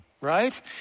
right